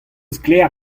sklaer